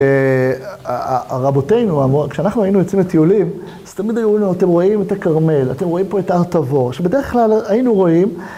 רבותינו אמרו... כשאנחנו היינו יוצאים לטיולים, אז תמיד היו אומרים לו, אתם רואים את הכרמל, אתם רואים פה את הר תבור, שבדרך כלל היינו רואים...